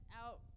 out